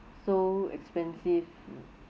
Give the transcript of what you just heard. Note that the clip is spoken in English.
so expensive